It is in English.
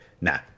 Nah